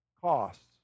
costs